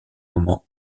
moment